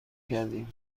کردیم